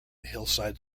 hillside